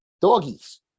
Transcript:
doggies